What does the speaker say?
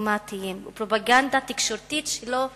דיפלומטיים ופרופגנדה תקשורתית שלא נפסקת?